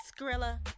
Skrilla